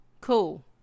cool